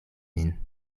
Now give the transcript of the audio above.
min